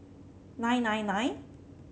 nine nine nine